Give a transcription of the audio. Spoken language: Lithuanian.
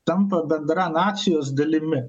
tampa bendra nacijos dalimi